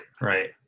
Right